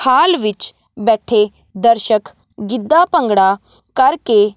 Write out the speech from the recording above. ਹਾਲ ਵਿੱਚ ਬੈਠੇ ਦਰਸ਼ਕ ਗਿੱਧਾ ਭੰਗੜਾ ਕਰਕੇ